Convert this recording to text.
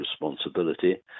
responsibility